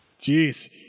Jeez